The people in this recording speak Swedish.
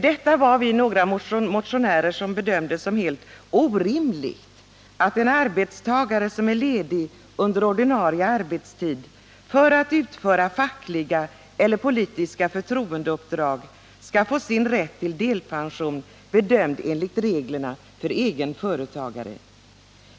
Vi var några motionärer som bedömde det som helt orimligt att en arbetstagare som är ledig under ordinarie arbetstid för att utföra fackliga eller politiska förtroendeuppdrag skulle få sin rätt till delpension bedömd enligt reglerna för egenföretagare.